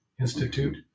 Institute